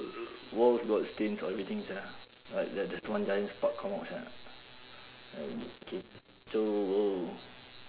walls got stains all everything sia like like there's one giant spark come out sia like kecoh !whoa!